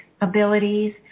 abilities